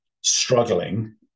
struggling